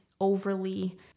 overly